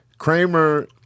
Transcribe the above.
Kramer